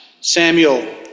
Samuel